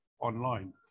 online